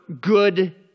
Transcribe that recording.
good